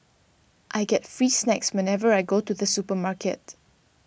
I get free snacks whenever I go to the supermarket